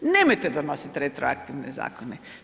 Nemojte donositi retroaktivne zakone.